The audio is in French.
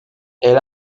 elle